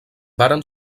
varen